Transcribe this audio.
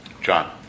John